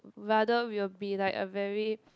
rather we'll be like a very